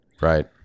right